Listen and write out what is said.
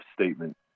statement